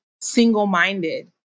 single-minded